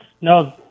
No